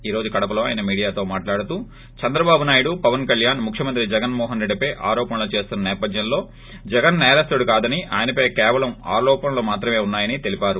ఈ రోజు కడపలో అయస్టీమీడియాతో మాట్లాడుతూ చంద్రబాబు నాయుడు పవన్ కళ్నాణ్ ముఖ్యమంత్రి జగన్ మోహన్ రెడ్డి పై ఆరోపణలు చేస్తున్న నేపధ్యం లో జగన్ నేరస్తుడు కాదని ఆయనపై కేవలం ఆరోపణలు మాత్రమే ఉన్నా యని తెలిపారు